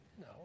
No